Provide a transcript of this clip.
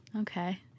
Okay